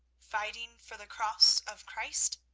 fighting for the cross of christ?